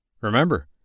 Remember